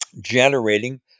generating